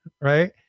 right